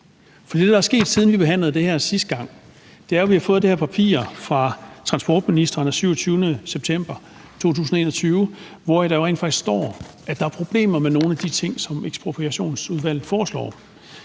For det, der er sket, siden vi behandlede det her sidste gang, er jo, at vi har fået det her papir fra transportministeren af 27. september 2021, hvori der jo rent faktisk står, at der er problemer med nogle af de ting, som Ekspropriationsudvalget foreslår.